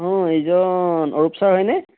অঁ এইজন অৰূপ ছাৰ হয়নে